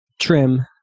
trim